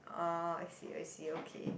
um I see I see okay